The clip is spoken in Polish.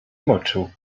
moczu